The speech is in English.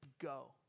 go